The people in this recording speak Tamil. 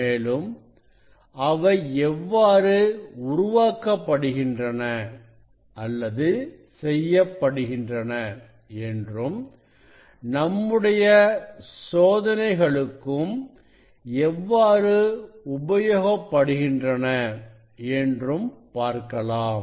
மேலும் அவை எவ்வாறு உருவாக்கப்படுகின்றன அல்லது செய்யப்படுகின்றன என்றும் நம்முடைய சோதனைகளுக்கும் எவ்வாறு உபயோகப்படுகின்றன என்றும் பார்க்கலாம்